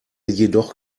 jedoch